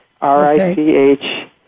R-I-C-H